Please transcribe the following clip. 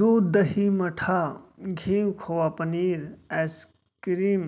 दूद, दही, मठा, घींव, खोवा, पनीर, आइसकिरिम,